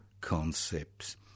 concepts